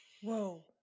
whoa